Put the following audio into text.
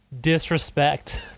disrespect